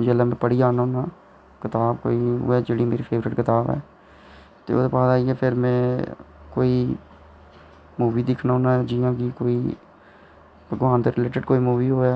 जेल्लै में पढ़ियै आना होना कताब उ'ऐ जेह्ड़ी मेरी फेवरेट कताब ऐ कोई मूवी दिक्खना होन्नां जि'यां कोई भगवान दे रिलेटेड कोई मूवी होऐ